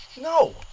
no